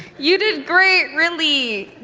you did great, really.